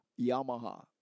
Yamaha